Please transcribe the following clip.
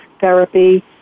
therapy